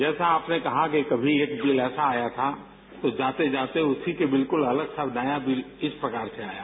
जैसा आपने कहा कि कभी एक दिन ऐसा आया था कि जाते जाते उसी के बिल्कुल अलग सा नया बिल इस प्रकार से आया